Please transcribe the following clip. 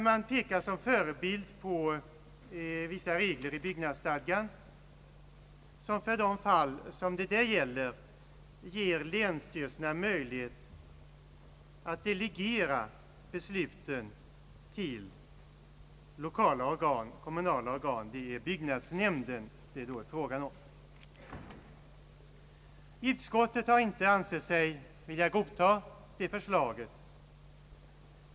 Man framhåller som förebild vissa regler i byggnadsstadgan, som för de fall det där gäller ger länsstyrelserna möjlighet att delegera beslutsfunktionen till lokala kommunala organ. Det är då fråga om byggnadsnämnden. Utskottet har inte velat godta det förslaget.